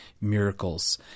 miracles